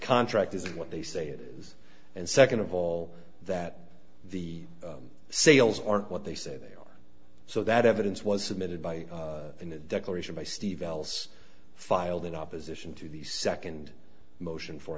contract is what they say it is and second of all that the sales aren't what they say they are so that evidence was submitted by in a declaration by steve else filed in opposition to the second motion for